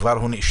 שהוא כבר נאשם,